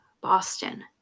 Boston